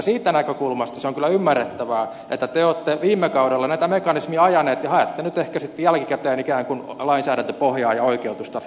siitä näkökulmasta se on kyllä ymmärrettävää että te olette viime kaudella näitä mekanismeja ajaneet ja haette ehkä nyt sitten jälkikäteen ikään kuin lainsäädäntöpohjaa ja oikeutusta niille päätöksillenne